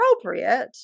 appropriate